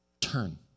Turn